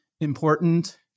important